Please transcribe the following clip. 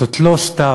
זאת לא סתם